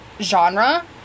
genre